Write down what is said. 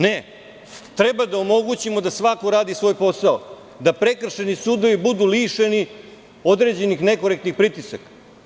Ne, treba da omogućimo da svako radi svoj posao, da prekršajni sudovi budu lišeni određenih nekorektnih pritisaka.